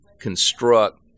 construct